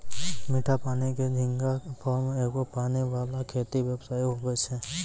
मीठा पानी के झींगा फार्म एगो पानी वाला खेती व्यवसाय हुवै छै